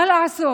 מה לעשות,